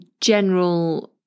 general